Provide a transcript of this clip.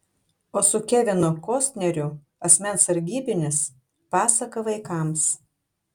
o su kevinu kostneriu asmens sargybinis pasaka vaikams